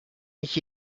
mich